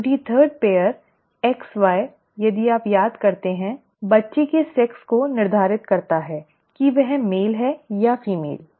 23 वीं जोड़ी XY यदि आप याद करते हैं बच्चे के लिंग को निर्धारित करता है ठीक है की वह मेल है या फीमेल